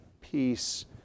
peace